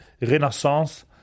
renaissance